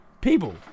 people